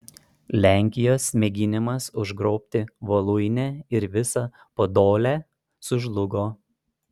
lenkijos mėginimas užgrobti voluinę ir visą podolę sužlugo